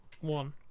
One